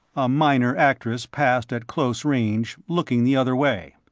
a minor actress passed at close range, looking the other way.